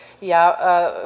ja